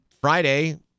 Friday